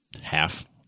half